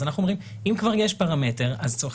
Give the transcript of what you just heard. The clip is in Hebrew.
אז אנחנו אומרים שאם כבר יש פרמטר אז הוא צריך